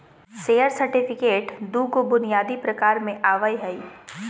share certificate दू गो बुनियादी प्रकार में आवय हइ